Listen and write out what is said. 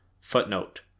Footnote